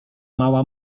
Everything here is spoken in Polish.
mała